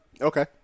Okay